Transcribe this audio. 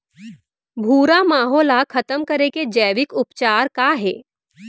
भूरा माहो ला खतम करे के जैविक उपचार का हे?